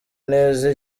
neza